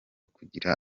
kugira